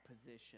position